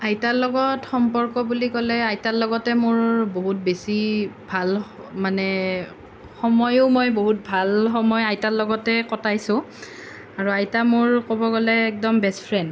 আইতাৰ লগত সম্পৰ্ক বুলি ক'লে আইতাৰ লগতে মোৰ বহুত বেছি ভাল মানে সময়ো মই বহুত ভাল সময় আইতাৰ লগতে কটাইছোঁ আৰু আইতা মোৰ ক'ব গ'লে একদম বেষ্ট ফ্ৰেণ্ড